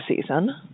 season